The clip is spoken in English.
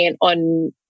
on